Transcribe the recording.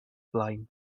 blaen